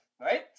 right